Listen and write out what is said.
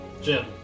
Jim